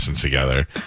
together